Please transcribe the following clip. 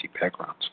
backgrounds